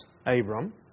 Abram